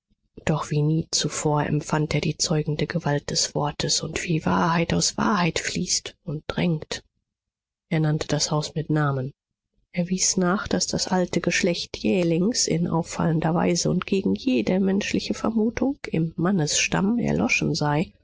doch wie nie zuvor empfand er die zeugende gewalt des wortes und wie wahrheit aus wahrheit fließt und drängt er nannte das haus mit namen er wies nach daß das alte geschlecht jählings in auffallender weise und gegen jede menschliche vermutung im mannesstamm erloschen sei